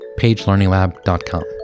pagelearninglab.com